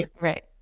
Right